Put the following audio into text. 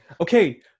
Okay